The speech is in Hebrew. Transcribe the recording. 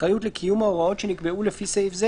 אחריות לקיום ההוראות שנקבעו לפי סעיף זה,